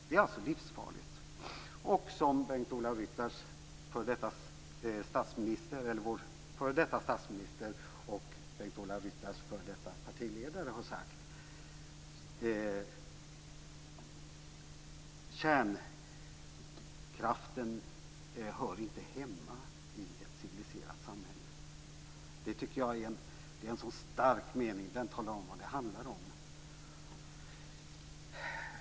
Det är alltså livsfarligt. Vår före detta statsminister och Bengt-Ola Ryttars före detta partiledare har sagt: Kärnkraften hör inte hemma i ett civiliserat samhälle. Det tycker jag är en stark mening som talar om vad det handlar om.